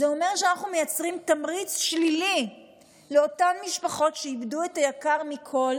זה אומר שאנחנו מייצרים תמריץ שלילי לאותן משפחות שאיבדו את היקר מכול